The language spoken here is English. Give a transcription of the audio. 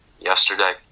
yesterday